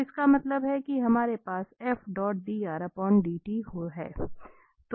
तो इसका मतलब है कि हमारे पास है